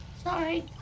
Sorry